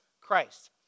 Christ